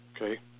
Okay